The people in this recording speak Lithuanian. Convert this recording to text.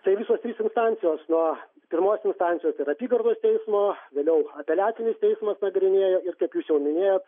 tai visos trys situacijos nuo pirmos instancijos ir apygardos teismo vėliau apeliacinis teismas nagrinėjo ir kaip jūs jau minėjot